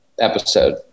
episode